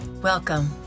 Welcome